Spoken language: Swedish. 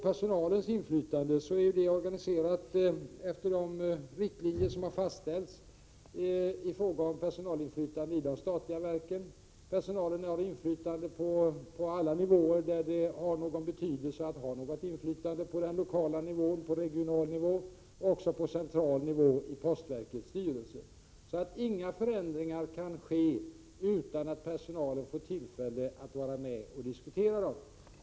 Personalens inflytande är organiserat efter de riktlinjer som har fastställts i fråga om personalinflytande i de statliga verken. Personalen har inflytande på alla nivåer där ett sådant har någon betydelse, lokalt och regionalt och även på central nivå i postverkets styrelse. Inga förändringar kan ske utan att personalen får tillfälle att vara med och diskutera dem.